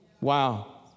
Wow